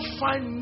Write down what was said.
find